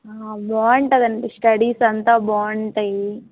బాగుంటుందండి స్టడీస్ అంతా బాగుంటాయి